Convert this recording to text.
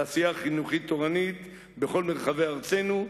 לעשייה חינוכית תורנית בכל מרחבי ארצנו,